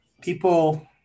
people